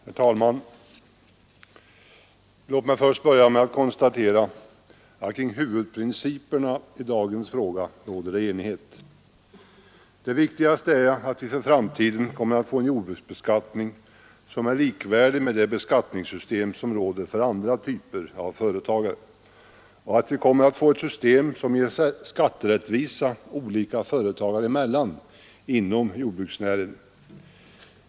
Herr talman! Låt mig börja med att konstatera att kring huvudprinciperna i denna fråga råder enighet. Det viktigaste är att vi för framtiden kommer att få en jordbruksbeskattning som är likvärdig med det beskattningssystem som råder för andra typer av företagare och att vi kommer att få ett system som ger skatterättvisa olika företagare emellan inom jordbruksnäringen.